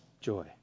joy